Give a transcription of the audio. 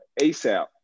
ASAP